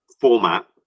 format